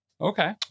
okay